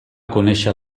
conéixer